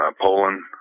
Poland